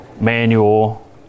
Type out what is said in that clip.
manual